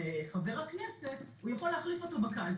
חבר הכנסת הוא יכול להחליף אותו בקלפי,